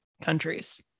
countries